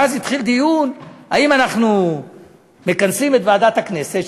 ואז התחיל דיון אם אנחנו מכנסים את ועדת הכנסת,